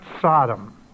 Sodom